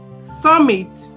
summit